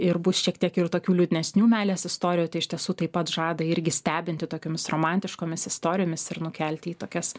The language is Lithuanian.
ir bus šiek tiek ir tokių liūdnesnių meilės istorijų tai iš tiesų taip pat žada irgi stebinti tokiomis romantiškomis istorijomis ir nukelti į tokias